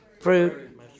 fruit